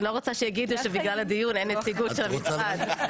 אני לא רוצה שיגידו שבגלל הדיון אין נציגות של המשרד.